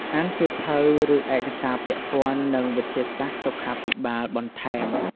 អានសៀវភៅ ឬឯកសារពាក់ព័ន្ធនឹងវិទ្យាសាស្ត្រសុខាភិបាលបន្ថែម។